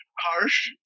harsh